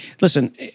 listen